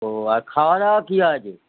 ও আর খাওয়া দাওয়া কী আছে